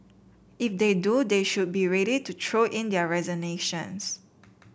if they do they should be ready to throw in their resignations